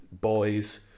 boys